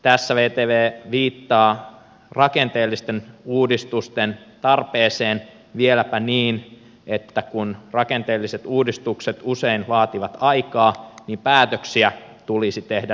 tässä vtv viittaa rakenteellisten uudistusten tarpeeseen vieläpä niin että kun rakenteelliset uudistukset usein vaativat aikaa niin päätöksiä tulisi tehdä nopeasti